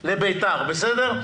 לבית"ר, בסדר?